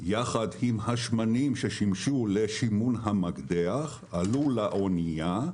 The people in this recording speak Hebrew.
יחד עם השמנים ששימשו לשימון המקדח, עלו לאונייה.